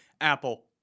Apple